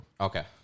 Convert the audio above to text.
Okay